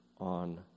on